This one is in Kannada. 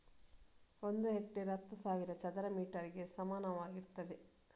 ಒಂದು ಹೆಕ್ಟೇರ್ ಹತ್ತು ಸಾವಿರ ಚದರ ಮೀಟರ್ ಗೆ ಸಮಾನವಾಗಿರ್ತದೆ